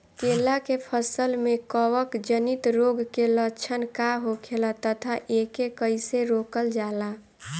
केला के फसल में कवक जनित रोग के लक्षण का होखेला तथा एके कइसे रोकल जाला?